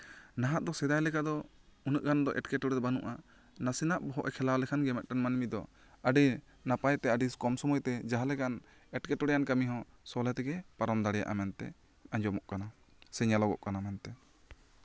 ᱱᱟᱦᱟᱜ ᱫᱚ ᱥᱮᱫᱟᱭ ᱞᱮᱠᱟ ᱫᱚ ᱩᱱᱟᱹᱜ ᱜᱟᱱ ᱫᱚ ᱮᱸᱴᱠᱮᱴᱚᱲᱮ ᱵᱟᱹᱱᱩᱜᱼᱟ ᱱᱟᱥᱮᱱᱟᱜ ᱵᱚᱦᱚᱜ ᱮ ᱠᱷᱮᱞᱟᱣ ᱞᱮᱱᱠᱷᱟᱱ ᱜᱮ ᱢᱤᱫᱴᱟᱝ ᱢᱟᱹᱱᱢᱤ ᱫᱚ ᱟᱹᱰᱤ ᱱᱟᱯᱟᱭᱛᱮ ᱟᱹᱰᱤ ᱠᱚᱢ ᱥᱚᱢᱚᱭᱛᱮ ᱡᱟᱦᱟᱸ ᱞᱮᱠᱟᱱ ᱮᱸᱴᱠᱮᱴᱚᱲᱮᱭᱟᱱ ᱠᱟᱹᱢᱤ ᱦᱚᱸ ᱥᱚᱞᱦᱮ ᱛᱮᱜᱮ ᱯᱟᱨᱚᱢ ᱫᱟᱲᱮᱭᱟᱜᱼᱟ ᱢᱮᱱᱛᱮ ᱟᱸᱡᱚᱢᱚᱜ ᱠᱟᱱᱟ ᱥᱮ ᱧᱮᱞᱚᱜᱚᱜ ᱠᱟᱱᱟ ᱢᱮᱱᱛᱮ